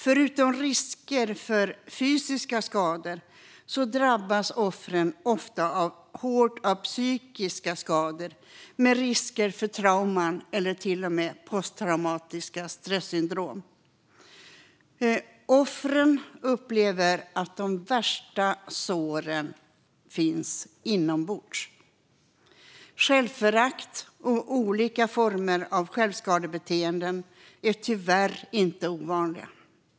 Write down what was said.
Förutom risker för fysiska skador drabbas offren ofta hårt av psykiska skador med risk för trauman eller till och med posttraumatiska stressyndrom. Offren upplever att de värsta såren finns inombords. Självförakt och olika former av självskadebeteenden är tyvärr inte ovanliga.